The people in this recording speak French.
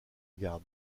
garde